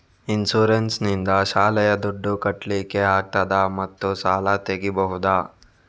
Insurance ನಿಂದ ಶಾಲೆಯ ದುಡ್ದು ಕಟ್ಲಿಕ್ಕೆ ಆಗ್ತದಾ ಮತ್ತು ಸಾಲ ತೆಗಿಬಹುದಾ?